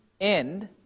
end